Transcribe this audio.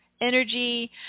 energy